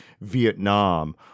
Vietnam